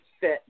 fit